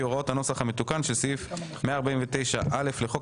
כי הוראות הנוסח המתוקן של סעיף 149(א) לחוק